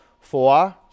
Four